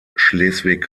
schleswig